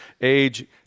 age